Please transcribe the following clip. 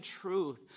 truth